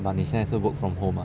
but 你现在是 work from home ah